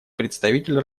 представитель